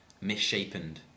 misshapen